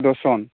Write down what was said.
दसजन